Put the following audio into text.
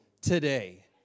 today